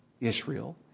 Israel